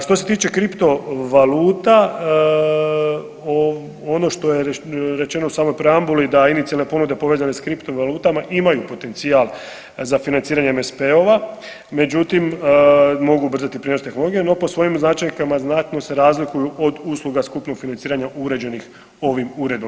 Što se tiče kripto valuta ono što je rečeno u samoj preambuli da inicijalne ponude povezane s kripto valutama imaju potencijal za financiranje MSP-ova, međutim mogu ubrzati prijenos tehnologije no po svojim značajkama znato se razlikuju od usluga skupnog financiranja uređenih ovim uredbom.